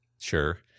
Sure